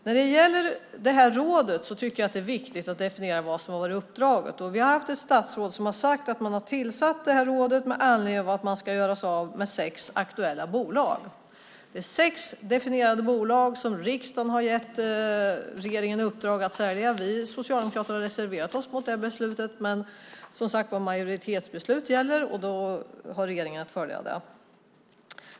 När det gäller det här rådet tycker jag att det är viktigt att definiera vad som har varit uppdraget. Vi har ett statsråd som har sagt att man har tillsatt rådet med anledning av att man ska göra sig av med sex aktuella bolag. Det är sex definierade bolag som riksdagen har gett regeringen i uppdrag att sälja. Vi socialdemokrater har reserverat oss mot det beslutet, men majoritetsbeslut gäller, och då har regeringen att följa detta.